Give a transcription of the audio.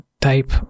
type